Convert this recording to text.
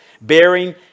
bearing